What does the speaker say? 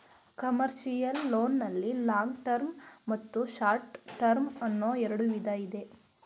commercial loan ನಲ್ಲಿ long term ಮತ್ತು short term ಅನ್ನೋ ಎರಡು ವಿಧ ಇದೆ